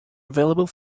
available